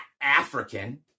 African